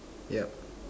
yup